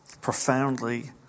profoundly